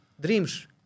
Dreams